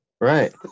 right